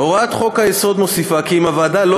הוראת חוק-היסוד מוסיפה כי אם הוועדה לא